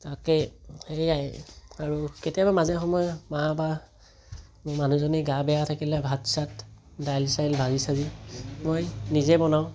তাকে সেয়াই আৰু কেতিয়াবা মাজে সময়ে মা বা মোৰ মানুহজনীৰ গা বেয়া থাকিলে ভাত চাত দাইল চাইল ভাজি চাজি মই নিজে বনাওঁ